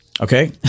Okay